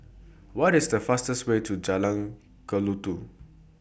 What IS The fastest Way to Jalan Kelulut